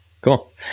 cool